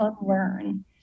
unlearn